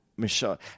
Michelle